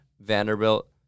Vanderbilt